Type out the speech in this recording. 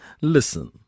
Listen